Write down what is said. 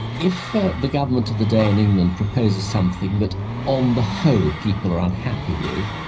if ah the government of the day in england proposes something that on the whole people are unhappy with,